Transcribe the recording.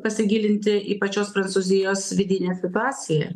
pasigilinti į pačios prancūzijos vidinę situaciją